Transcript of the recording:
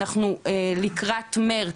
אנחנו לקראת מרץ,